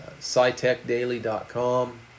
SciTechDaily.com